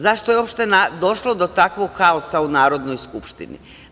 Zašto je uopšte došlo do takvog haosa u Narodnoj skupštini?